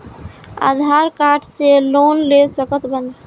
आधार card से loan ले सकत बणी?